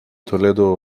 toledo